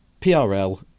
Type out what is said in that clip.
PRL